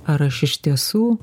ar aš iš tiesų